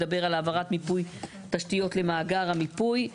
מדבר על העברת מיפוי תשתיות למאגר המיפוי.